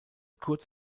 kurz